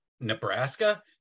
Nebraska